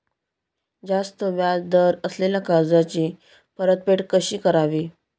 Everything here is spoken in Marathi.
जास्त व्याज दर असलेल्या कर्जाची परतफेड कशी करावी?